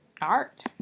art